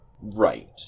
Right